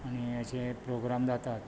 आनी अशे प्रोग्रेम जातात